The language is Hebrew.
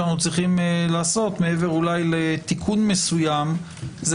מעבר לתיקון מסוים,